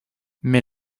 mais